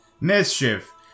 mischief